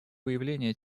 выявления